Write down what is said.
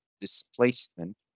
displacement